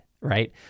Right